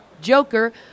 Joker